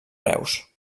reus